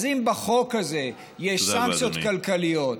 אז אם בחוק הזה יש סנקציות כלכליות,